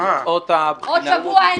--- עוד שבוע אין כלום.